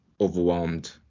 overwhelmed